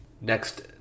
Next